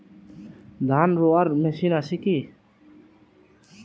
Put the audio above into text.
ধান রোয়ার মেশিন আছে কি?